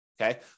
okay